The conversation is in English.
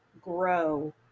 grow